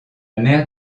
mer